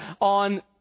on